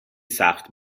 سخت